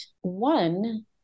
one